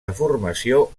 deformació